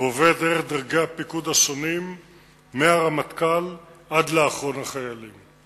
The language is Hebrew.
ועוברת דרך דרגי הפיקוד השונים מהרמטכ"ל עד לאחרון החיילים.